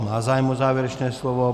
Má zájem o závěrečné slovo.